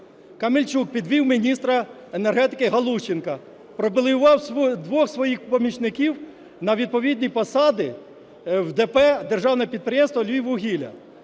Камельчук підвів міністра енергетики Галущенка, пролобіював двох своїх помічників на відповідні посади в ДП (Державне підприємство "Львіввугілля"),